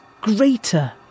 greater